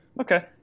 Okay